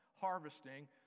Harvesting